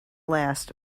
last